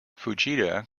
fujita